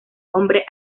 hombre